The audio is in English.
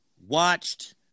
watched